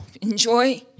Enjoy